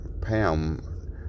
Pam